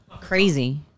crazy